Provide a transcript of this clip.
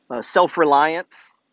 Self-reliance